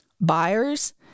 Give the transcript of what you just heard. Buyers